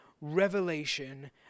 revelation